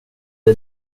det